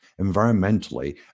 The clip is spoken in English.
environmentally